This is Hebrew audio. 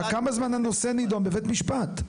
כמה זמן הנושא נדון בבית משפט?